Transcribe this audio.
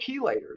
chelators